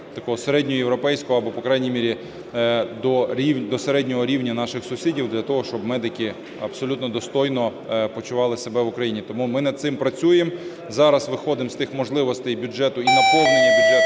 такого середньоєвропейського, або, по крайній мірі, до середнього рівня наших сусідів, для того щоб медики абсолютно достойно почували себе в Україні. Тому ми над цим працюємо, зараз виходимо з тих можливостей бюджету і наповнюємо бюджет